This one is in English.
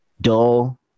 dull